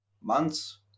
months